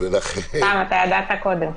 סתם, אתה ידעת קודם.